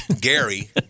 Gary